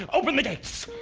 and open the gates!